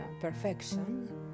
perfection